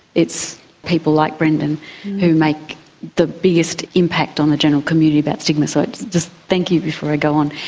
it's people like brendon who make the biggest impact on the general community about stigma, so it's just thank you before i go on.